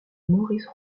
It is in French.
maurice